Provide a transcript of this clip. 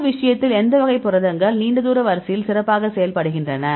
இந்த விஷயத்தில் எந்த வகை புரதங்கள் நீண்ட தூர வரிசையில் சிறப்பாக செயல்படுகின்றன